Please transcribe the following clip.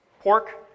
Pork